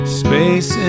space